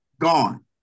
gone